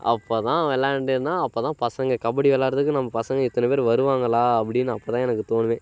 அப்போ தான் வெளாண்டேன்னா அப்போ தான் பசங்கள் கபடி விளாட்றதுக்கு நம்ம பசங்கள் இத்தனை பேர் வருவாங்களா அப்படின்னு அப்போ தான் எனக்கு தோணும்